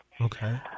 Okay